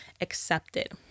accepted